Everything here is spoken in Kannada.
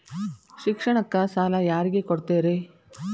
ಶಿಕ್ಷಣಕ್ಕ ಸಾಲ ಯಾರಿಗೆ ಕೊಡ್ತೇರಿ?